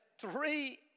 three